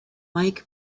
mike